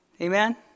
Amen